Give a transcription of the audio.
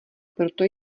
proto